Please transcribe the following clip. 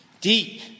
deep